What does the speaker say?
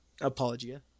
Apologia